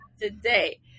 today